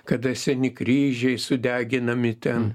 kada seni kryžiai sudeginami ten